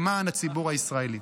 למען הציבור הישראלי.